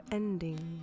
ending